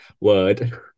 word